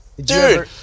Dude